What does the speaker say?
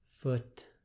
foot